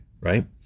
right